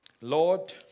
Lord